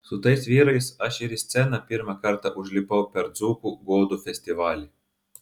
su tais vyrais aš ir į sceną pirmą kartą užlipau per dzūkų godų festivalį